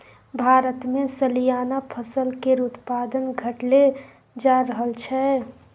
भारतमे सलियाना फसल केर उत्पादन घटले जा रहल छै